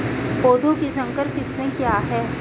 पौधों की संकर किस्में क्या हैं?